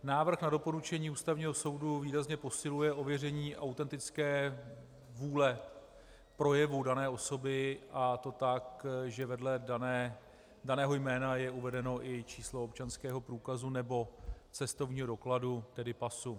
Návrh na doporučení Ústavního soudu výrazně posiluje ověření autentické vůle projevu dané osoby, a to tak, že vedle daného jména je uvedeno i číslo občanského průkazu nebo cestovního dokladu, tedy pasu.